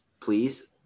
Please